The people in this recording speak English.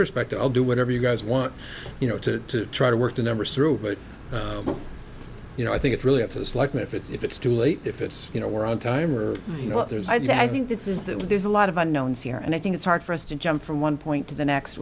perspective i'll do whatever you guys want you know to try to work the numbers through but you know i think it's really up to us like if it's if it's too late if it's you know we're on time or you know there's i mean i think this is that there's a lot of unknowns here and i think it's hard for us to jump from one point to the next